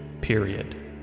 period